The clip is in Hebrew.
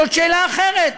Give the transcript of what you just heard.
זאת שאלה אחרת.